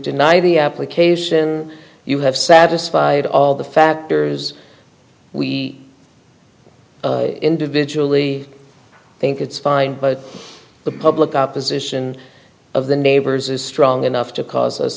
deny the placation you have satisfied all the factors we individually think it's fine but the public opposition of the neighbors is strong enough to cause us